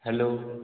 hello